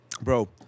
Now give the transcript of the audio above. Bro